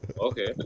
okay